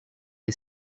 est